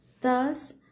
Thus